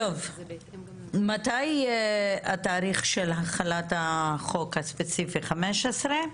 מתי התאריך של החלת החוק הספציפי, 15?